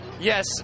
Yes